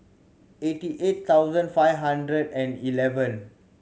eighty eight thousand five hundred and eleven